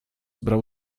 brał